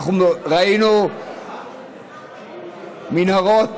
ראינו מנהרות,